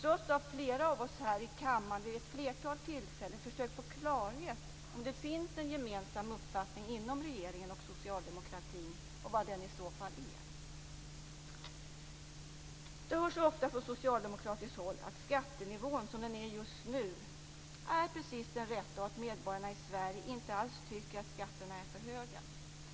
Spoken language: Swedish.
trots att flera av oss här i kammaren vid ett flertal tillfällen har försökt att få klarhet i om det finns en gemensam uppfattning inom regeringen och socialdemokratin och vilken den i så fall är. Det hörs ofta från socialdemokratiskt håll att skattenivån som den är just nu är precis den rätta och att medborgarna i Sverige inte alls tycker att skatterna är för höga.